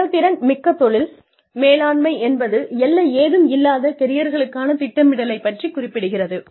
செயல்திறன் மிக்க தொழில் மேலாண்மை என்பது எல்லை ஏதும் இல்லாத கெரியர்களுக்கான திட்டமிடலைப் பற்றி குறிப்பிடுகிறது